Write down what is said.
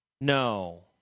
No